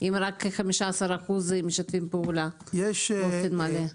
אם רק 15% משתפים פעולה באופן מלא?